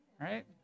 Right